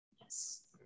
Yes